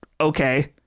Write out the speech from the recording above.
okay